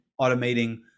automating